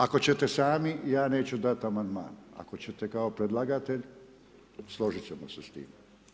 Ako će te sami, ja neću dati amandman, ako će te kao Predlagatelj, složit ćemo se s tim.